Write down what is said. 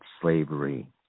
slavery